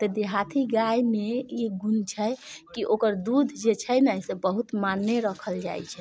तऽ देहाती गायमे ई गुण छै कि ओकर दूध जे छै ने से बहुत माने राखल जाइत छै